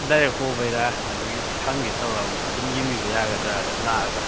direct ꯍꯣꯕꯩꯔꯥ ꯑꯗꯨꯒꯤ ꯍꯪꯒꯦ ꯇꯧꯔꯛꯑꯝꯕ ꯑꯗꯨꯝ ꯌꯦꯡꯕꯤꯕ ꯌꯥꯒꯗ꯭ꯔꯅ ꯂꯥꯛꯑꯒ